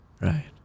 Right